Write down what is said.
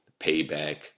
Payback